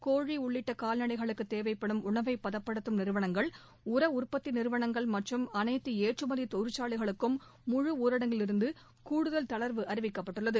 கோழி உள்ளிட்ட கால்நடைகளுக்குத் தேவைப்படும் உணவை பதப்படுத்தும் நிறுவனங்கள் உர உற்பத்தி நிறுவனங்கள் மற்றும் அனைத்து ஏற்றுமதி தொழிற்சாலைகளுக்கும் முழு ஊரடங்கிலிருந்து கூடுதல் தளர்வு அறிவிக்கப்பட்டுள்ளது